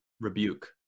rebuke